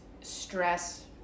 stress